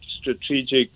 strategic